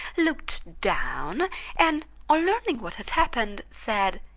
looked down and, on learning what had happened, said,